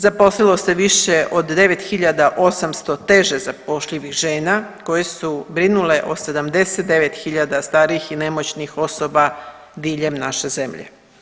Zaposlilo se više od 9 800 teže zapošljivih žena koje su brinule od 79 hiljada starijih i nemoćnih osoba diljem naše zemlje.